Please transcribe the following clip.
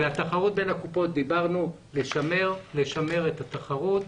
על התחרות בין הקופות דיברנו ואמרנו לשמר את התחרות.